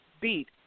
beat